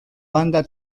banda